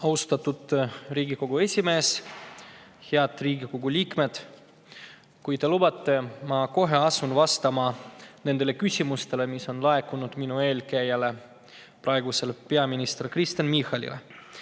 Austatud Riigikogu esimees! Head Riigikogu liikmed! Kui te lubate, siis ma asun kohe vastama nendele küsimustele, mis on laekunud minu eelkäijale, praegusele peaministrile Kristen Michalile.